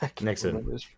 Nixon